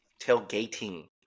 Tailgating